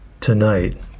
Tonight